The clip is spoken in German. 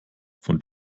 von